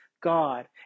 God